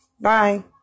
Bye